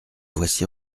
voici